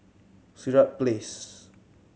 Sirat Place